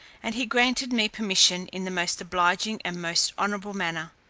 and he granted me permission in the most obliging and most honourable manner.